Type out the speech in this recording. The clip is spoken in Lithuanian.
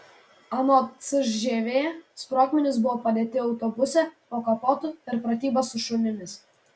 anot cžv sprogmenys buvo padėti autobuse po kapotu per pratybas su šunimis